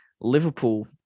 Liverpool